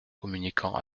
communiquant